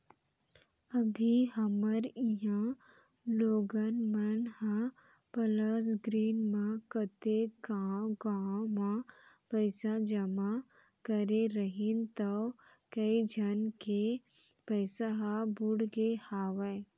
अभी हमर इहॉं लोगन मन ह प्लस ग्रीन म कतेक गॉंव गॉंव म पइसा जमा करे रहिन तौ कइ झन के पइसा ह बुड़गे हवय